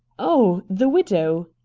oh, the widow?